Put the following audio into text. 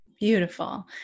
Beautiful